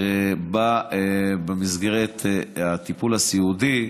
שבא במסגרת הטיפול הסיעודי,